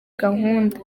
gahunda